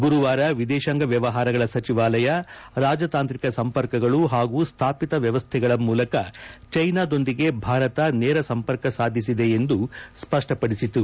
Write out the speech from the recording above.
ಗುರುವಾರ ವಿದೇಶಾಂಗ ವ್ಯವಹಾರಗಳ ಸಚಿವಾಲಯ ರಾಜತಾಂತ್ರಿಕ ಸಂಪರ್ಕಗಳು ಹಾಗೂ ಸ್ಥಾಪಿತ ವ್ಯವಸ್ಥೆಗಳ ಮೂಲಕ ಚೀನಾದೊಂದಿಗೆ ಭಾರತ ನೇರ ಸಂಪರ್ಕ ಸಾಧಿಸಿದೆ ಎಂದು ಸ್ಪಷ್ಟಪಡಿಸಿತು